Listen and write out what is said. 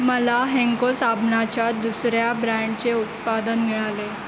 मला हेन्को साबणाच्या दुसऱ्या ब्रँडचे उत्पादन मिळाले